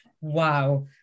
wow